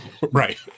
right